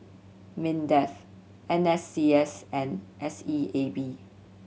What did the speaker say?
MINDEF N S C S and S E A B